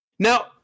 Now